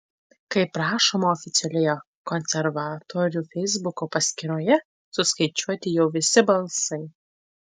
kaip rašoma oficialioje konservatorių feisbuko paskyroje suskaičiuoti jau visi balsai